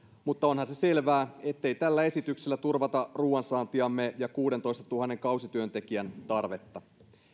mutta onhan se selvää ettei tällä esityksellä turvata ruoansaantiamme ja kuudentoistatuhannen kausityöntekijän tarvetta